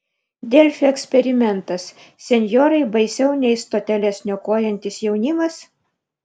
delfi eksperimentas senjorai baisiau nei stoteles niokojantis jaunimas